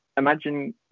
Imagine